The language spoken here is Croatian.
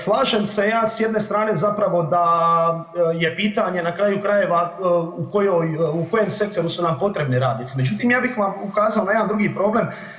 Slažem se ja s jedne strane zapravo da je pitanje na kraju krajeva u kojoj, u kojem sektoru su nam potrebni radnici, međutim ja bih vam ukazao na jedan drugi problem.